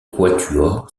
quatuor